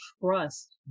trust